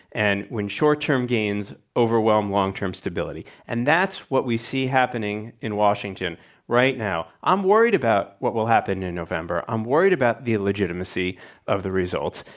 and when short term gains overwhelm long term stability. and that's what we see happening in washington right now. i'm worried about what will happen in november. i'm worried about the illegitimacy of the results.